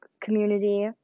community